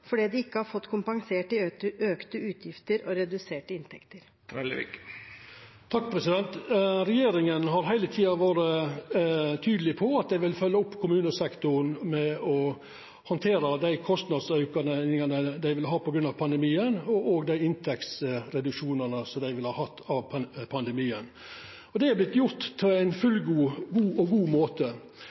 har fått kompensert av økte utgifter og reduserte inntekter? Regjeringa har heile tida vore tydeleg på at ho vil følgja opp kommunesektoren ved å handtera dei kostnadsaukane sektoren vil ha på grunn av pandemien, og òg inntektsreduksjonane. Det er vorte gjort på ein fullgod måte. Høgre er tilfreds med arbeidet til regjeringa med dette og